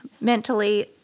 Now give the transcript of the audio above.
mentally